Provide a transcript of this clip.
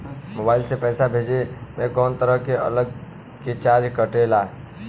Mobile से पैसा भेजे मे कौनों तरह के अलग से चार्ज कटेला का?